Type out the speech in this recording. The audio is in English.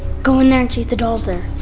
go in there and check the doll so there.